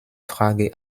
frage